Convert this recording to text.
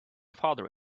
father